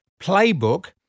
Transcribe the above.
Playbook